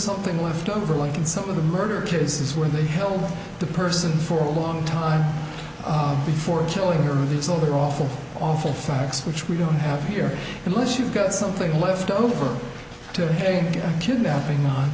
something left over like in some of the murder cases where they held the person for a long time before killing her this is over awful awful facts which we don't have here unless you've got something left over to a kidnapping not